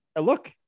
Look